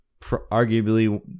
arguably